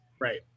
Right